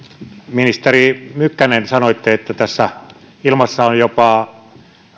ministeri mykkänen sanoitte että on jopa